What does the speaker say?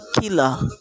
killer